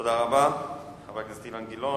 תודה רבה לחבר הכנסת אילן גילאון.